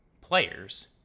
players